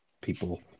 People